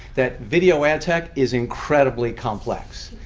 that video ad tech is incredibly complex.